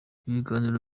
ibiganiro